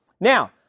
Now